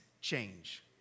change